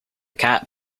cat